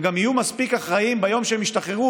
הם גם יהיו מספיק אחראים ביום שהם ישתחררו,